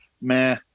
meh